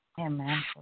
Amen